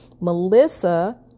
Melissa